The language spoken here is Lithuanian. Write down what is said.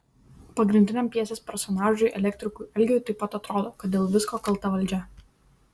pagrindiniam pjesės personažui elektrikui algiui taip pat atrodo kad dėl visko kalta valdžia